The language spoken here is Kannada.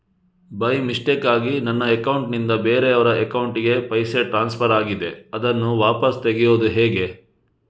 ಬೈ ಮಿಸ್ಟೇಕಾಗಿ ನನ್ನ ಅಕೌಂಟ್ ನಿಂದ ಬೇರೆಯವರ ಅಕೌಂಟ್ ಗೆ ಪೈಸೆ ಟ್ರಾನ್ಸ್ಫರ್ ಆಗಿದೆ ಅದನ್ನು ವಾಪಸ್ ತೆಗೆಯೂದು ಹೇಗೆ?